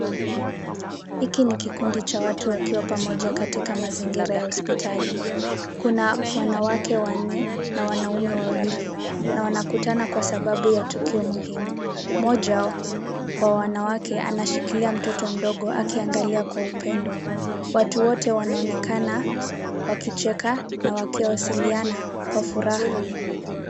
Hiki ni kikundi cha watu wakiwa pamoja katika mazingira ya hospitali. Kuna wanawake wanne na wanaume wawili na wanakutana kwa sababu ya tukio muhimu. Moja wa wanawake anashikilia mtoto mdogo akiagalia kwa upendo. Watu wote wanaonekana wakicheka na wakiwasiliana kwa furaha.